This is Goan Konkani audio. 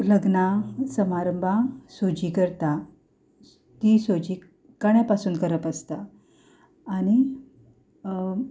लग्नांक समारंभांक सुजी करता ती सोजी कण्या पासून करप आसता आनी